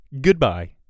Goodbye